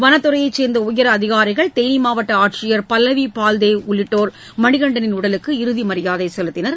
வனத்துறையைச் சேர்ந்த உயரதிகாரிகள் தேனி மாவட்ட ஆட்சியர் பல்லவி பால் தேவ் உள்ளிட்டோர் மணிகண்டனின் உடலுக்கு இறுதி மரியாதை செலுத்தினர்